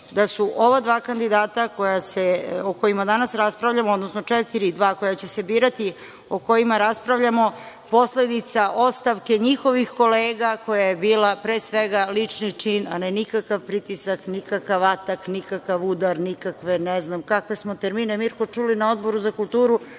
da su ova dva kandidata o kojima danas raspravljamo, odnosno četiri, a dva će se birati, o kojima raspravljamo, posledica ostavke njihovih kolega koja je bila pre svega lični čin a ne nikakav pritisak, nikakav atak, nikakav udar, nikakve ne znam kakve smo termine Mirko čuli na Odboru za kulturu.